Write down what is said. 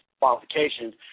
qualifications